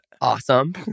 awesome